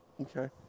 Okay